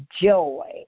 joy